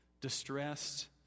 distressed